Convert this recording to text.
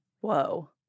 Whoa